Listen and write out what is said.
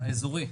האזורי,